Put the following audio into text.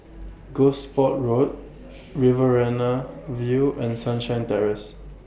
Gosport Road Riverina View and Sunshine Terrace